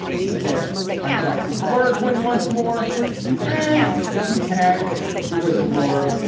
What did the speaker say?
he plugged hydroxy chloroquine once more and he tagged the whistleblower,